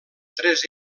tres